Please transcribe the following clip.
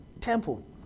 Temple